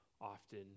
often